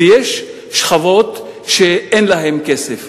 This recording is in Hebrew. ויש שכבות שאין להן כסף,